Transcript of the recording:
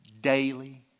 daily